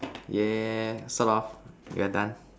yeah sort of we are done